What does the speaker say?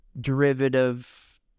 derivative